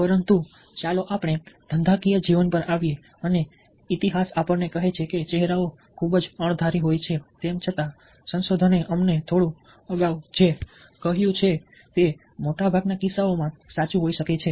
પરંતુ ચાલો આપણે ધંધાકીય જીવન પર આવીએ અને ઇતિહાસ આપણને કહે છે કે ચહેરાઓ ખૂબ જ અણધારી હોય છે તેમ છતાં સંશોધને અમને થોડું અગાઉ જે કહ્યું છે તે મોટા ભાગના કિસ્સાઓમાં સાચું હોઈ શકે છે